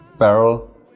barrel